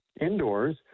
indoors